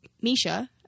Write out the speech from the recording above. Misha